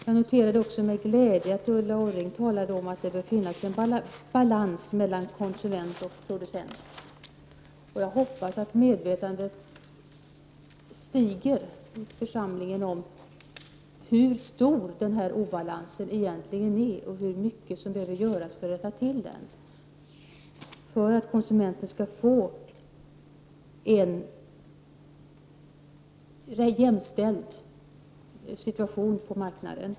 Jag noterade också med glädje att Ulla Orring talade om att det behöver finnas balans mellan konsument och producent. Jag hoppas att medvetandet stiger i denna församling om hur stor denna obalans egentligen är och hur mycket som behöver göras för att konsumenten skall bli jämställd med producenten på marknaden.